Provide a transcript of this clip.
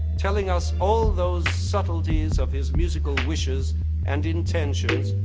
telling us all those subtleties of his musical wishes and intentions,